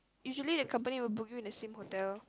usually the company will book you in the same hotel